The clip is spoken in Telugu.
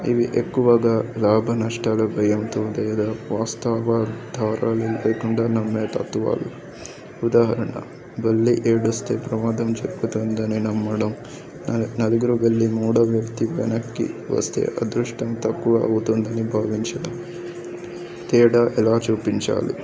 ఇవి ఎక్కువగా లాభ నష్టాలు భయంతో లేేదా వాస్తావాధారాలు లేకుండా నమ్మే తత్వాలు ఉదాహరణ బల్లి ఏడుస్తే ప్రమాదం చెరుపుతుంది అని నమ్మడం నలుగురు వెల్లి మూడవ వ్యక్తి వెనక్కి వస్తే అదృష్టం తక్కువ అవుతుంది అని భావించడం తేడా ఎలా చూపించాలి